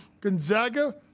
Gonzaga